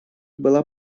была